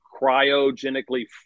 cryogenically